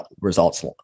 results